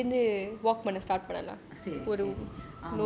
okay